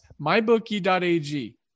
mybookie.ag